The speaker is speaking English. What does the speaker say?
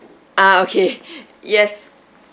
ah okay yes